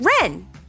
Ren